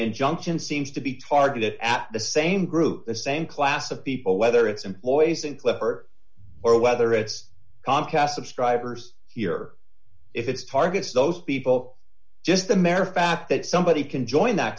injunction seems to be targeted at the same group the same class of people whether it's employees in clipper or whether it's comcast subscribers here if it's part of those people just the mare fact that somebody can join that